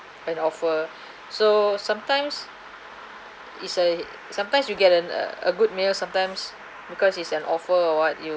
an offer so sometimes is a sometimes you get an a a good meal sometimes because it's an offer or what you